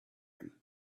him